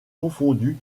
confondue